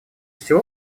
всего